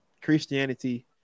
Christianity